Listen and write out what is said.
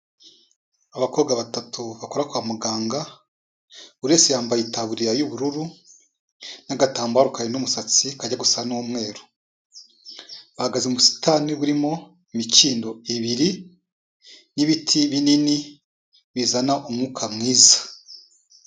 Abakobwa batatu bakora kwa muganga, buri wese yambaye itaburiya y'ubururu n'agatambaro karinda umusatsi kajya gusa n'umweru. Bahagaze mu busitani burimo imikindo ibiri n'ibiti binini bizana umwuka mwiza.